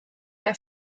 der